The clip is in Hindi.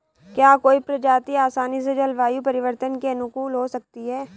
क्या कोई प्रजाति आसानी से जलवायु परिवर्तन के अनुकूल हो सकती है?